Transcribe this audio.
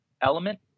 element